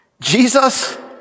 Jesus